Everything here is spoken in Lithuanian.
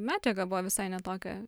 medžiaga buvo visai ne tokia